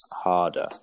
harder